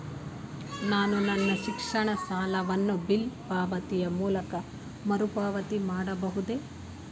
ನಾನು ನನ್ನ ಶಿಕ್ಷಣ ಸಾಲವನ್ನು ಬಿಲ್ ಪಾವತಿಯ ಮೂಲಕ ಮರುಪಾವತಿ ಮಾಡಬಹುದೇ?